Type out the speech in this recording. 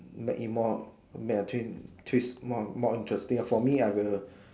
make it more make a twin twist more more interesting ah for me I will